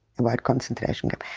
about concentration camp.